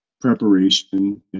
preparation